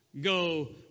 go